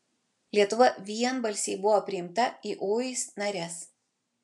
lietuva vienbalsiai buvo priimta į uis nares